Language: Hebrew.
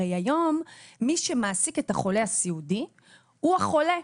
הרי היום, מי שמעסיק את העובד הסיעודי הוא החולה.